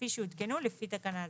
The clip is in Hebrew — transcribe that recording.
כפי שהותקנו לפי תקנה זו.